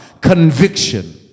Conviction